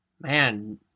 man